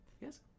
Yes